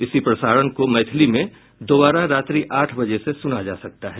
इसी प्रसारण को मैथिली में दोबारा रात्रि आठ बजे से सुना जा सकता है